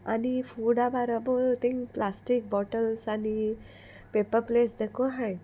आनी फुडा बाराबो थिंगा प्लास्टीक बॉटल्स आनी पेपर प्लेट्स देखो आहाय